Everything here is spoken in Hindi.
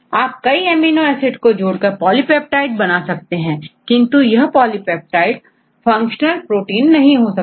आप कई एमिनो एसिड को जोड़कर पॉलिपेप्टाइड बना सकते हैं किंतु यह पॉलिपेप्टाइड फंक्शनल प्रोटीन नहीं हो सकते